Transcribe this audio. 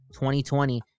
2020